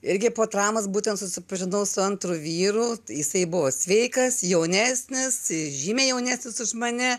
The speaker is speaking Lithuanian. irgi po traumos būtent susipažinau su antru vyru jisai buvo sveikas jaunesnis žymiai jaunesnis už mane